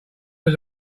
was